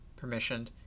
permissioned